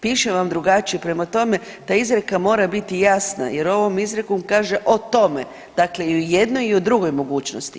Piše vam drugačije, prema tome ta izreka mora biti jasna jer ovom izrekom kaže o tome, dakle i o jednoj i o drugoj mogućnosti.